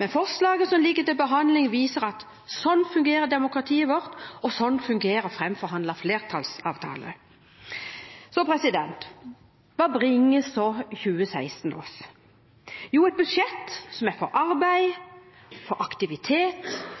Men forslaget som ligger til behandling, viser at slik fungerer demokratiet vårt, og slik fungerer framforhandlede flertallsavtaler. Hva bringer så 2016 oss? Jo, et budsjett for arbeid, aktivitet og for